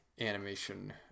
animation